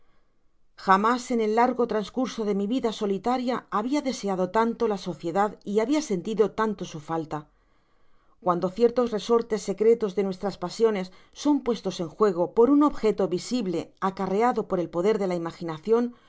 jamas en el largo trascurso de mi vida solitaria habia deseado tanto la sociedad y habia sentido tanto su falta coando ciertos resortes secretos de nuestras pasiones son puestos en juego por un objeto visible acarreado por el poder de la imaginacion